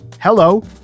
hello